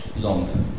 longer